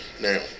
now